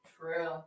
True